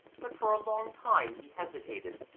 but for a long time he hesitated,